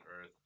Earth